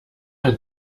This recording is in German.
ein